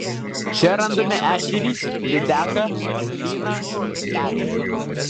čia randame ešerį lydeką lyną plekšnę